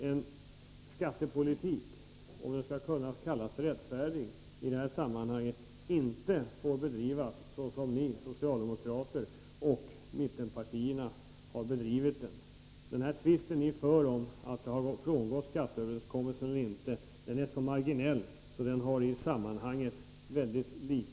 En skattepolitik som gör anspråk på att vara rättfärdig får inte bedrivas på det sätt som ni socialdemokrater och mittenpartierna har bedrivit den. Er tvist huruvida skatteöverenskommelsen har frångåtts eller ej är av mycket marginell betydelse i sammanhanget.